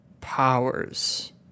powers